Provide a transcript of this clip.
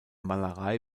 malerei